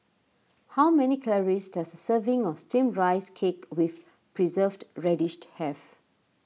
how many calories does a serving of Steamed Rice Cake with Preserved Radish have